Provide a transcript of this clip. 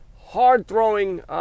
Hard-throwing